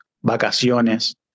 vacaciones